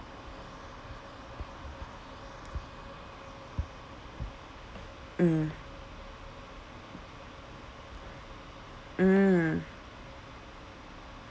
mm mm